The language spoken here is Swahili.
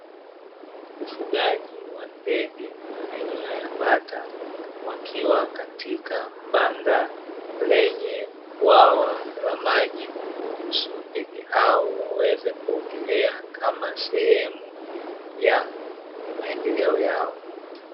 Ufugaji wa ndege aina ya bata wakiwa katika banda lenye bwawa la maji, kuruhusu ndege hao waweze kuogelea kama sehemu ya maendeleo yao.